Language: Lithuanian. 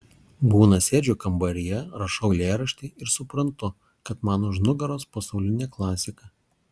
būna sėdžiu kambaryje rašau eilėraštį ir suprantu kad man už nugaros pasaulinė klasika